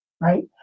right